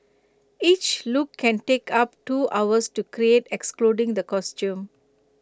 each look can take up two hours to create excluding the costume